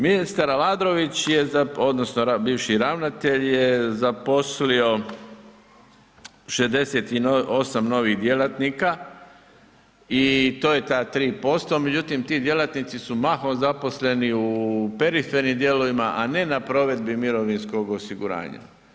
Ministar Aladrović je, odnosno bivši ravnatelj je zaposlio 68 novih djelatnika i to je ta 3%, međutim ti djelatnici su mahom zaposleni u perifernim dijelovima a ne na provedbi mirovinskog osiguranja.